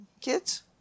kids